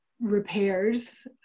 repairs